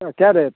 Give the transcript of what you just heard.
ये क्या रेट